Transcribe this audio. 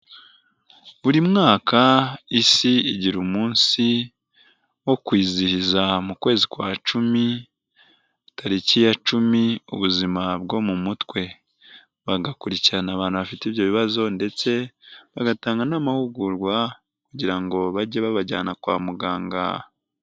Buri mwaka isi igira umunsi wo kwizihiza mu kwezi kwa cumi, tariki ya cumi ubuzima bwo mu mutwe, bagakurikirana abantu bafite ibyo bibazo ndetse bagatanga n'amahugurwa kugira ngo bajye babajyana kwa muganga.